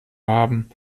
haben